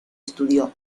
estudió